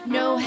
no